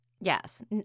yes